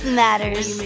matters